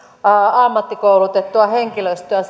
ammattikoulutettua henkilöstöä